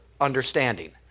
understanding